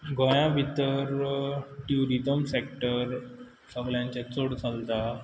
गोंयां भितर tourism sector सगळ्यांच्या चड चलता